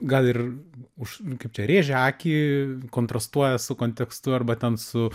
gal ir už kaip čia rėžia akį kontrastuoja su kontekstu arba ten su